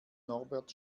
norbert